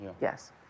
Yes